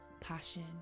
Passion